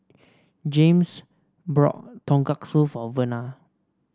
Jaymes brought Tonkatsu for Verna